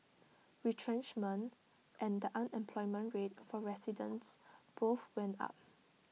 retrenchment and the unemployment rate for residents both went up